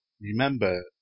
remember